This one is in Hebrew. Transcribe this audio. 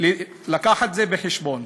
קחו את זה בחשבון.